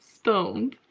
stoned.